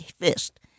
fist